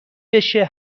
بشه